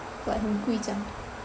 like 很贵这样